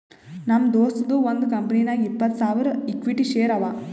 ನಮ್ ದೋಸ್ತದು ಒಂದ್ ಕಂಪನಿನಾಗ್ ಇಪ್ಪತ್ತ್ ಸಾವಿರ ಇಕ್ವಿಟಿ ಶೇರ್ ಅವಾ